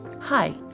Hi